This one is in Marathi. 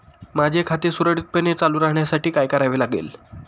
माझे खाते सुरळीतपणे चालू राहण्यासाठी काय करावे लागेल?